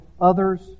others